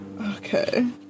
Okay